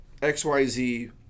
XYZ